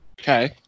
Okay